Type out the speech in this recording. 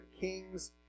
kings